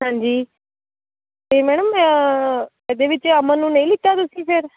ਹਾਂਜੀ ਅਤੇ ਮੈਮ ਇਹਦੇ ਵਿੱਚ ਅਮਨ ਨੂੰ ਨਹੀਂ ਲਿੱਤਾ ਤੁਸੀਂ ਫਿਰ